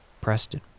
Preston